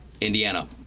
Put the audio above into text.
Indiana